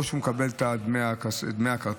או שהוא מקבל את דמי הכרטיס.